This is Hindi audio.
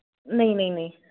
नहीं नहीं नहीं